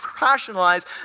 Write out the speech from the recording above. rationalize